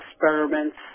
experiments